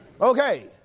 Okay